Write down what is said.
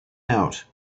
out